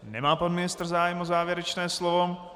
Nemá pan ministr zájem o závěrečné slovo.